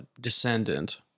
descendant